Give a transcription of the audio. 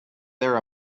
there